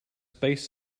space